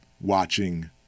watching